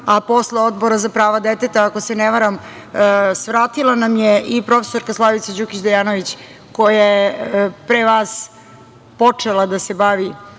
a posle Odbora za prava deteta, ako se ne varam, svratila nam je profesorka Slavica Đukić Dejanović koja je pre vas počela da se bavi